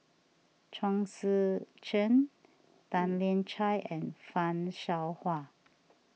Chong Tze Chien Tan Lian Chye and Fan Shao Hua